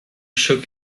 shook